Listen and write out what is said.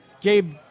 Gabe